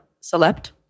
select